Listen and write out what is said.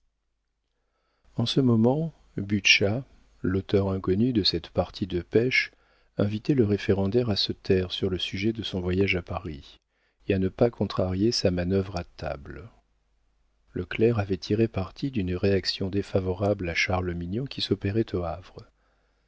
en ce moment butscha l'auteur inconnu de cette partie de pêche invitait le référendaire à se taire sur le sujet de son voyage à paris et à ne pas contrarier sa manœuvre à table le clerc avait tiré parti d'une réaction défavorable à charles mignon qui s'opérait au havre